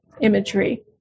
imagery